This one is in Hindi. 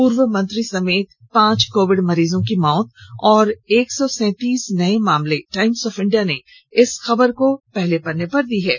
पूर्व मंत्री समेत पांच कोविड मरीजों की मौत और एक सौ सैंतीस नए मामले टाइम्स ऑफ इंडिया ने इस खबर को पहले पन्ने पर प्रमुखता से प्रकाशित किया है